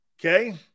Okay